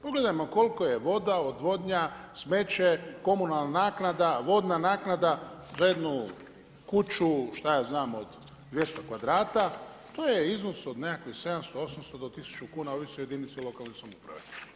Pogledajmo koliko je voda, odvodnja, smeće, komunalna naknada, vodna naknada za jednu kuću šta ja znam od 200 kvadrata, to je iznos od nekakvih 700, 800 do 1000 kuna ovisi o jedinici lokalne samouprave.